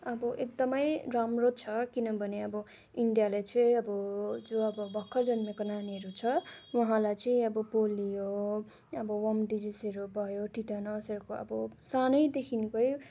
अब एकदमै राम्रो छ किनभने अब इन्डियाले चाहिँ अब जो अब भर्खर जन्मिएको नानीहरू छ उहाँलाई चाहिँ अब पोलियो अब वोम्ब डिजिसहरू भयो टिटानसहरूको अब सानैदेखिन्कै